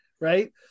Right